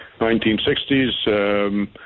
1960s